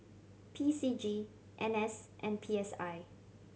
P C G N S and P S I